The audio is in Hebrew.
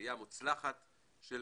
עלייה מוצלחת של